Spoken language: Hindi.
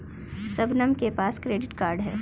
शबनम के पास क्रेडिट कार्ड है